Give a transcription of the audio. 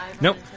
Nope